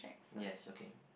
yes okay